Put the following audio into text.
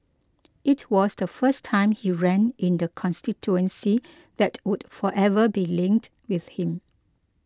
it was the first time he ran in the constituency that would forever be linked with him